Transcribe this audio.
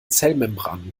zellmembranen